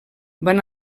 van